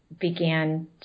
began